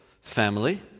family